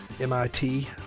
MIT